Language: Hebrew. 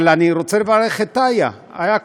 אבל אני רוצה לברך את איה כורם.